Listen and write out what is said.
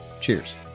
Cheers